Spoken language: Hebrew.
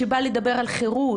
שבא לדבר על חירות,